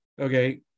Okay